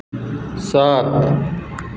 सात